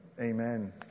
Amen